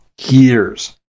Years